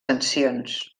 sancions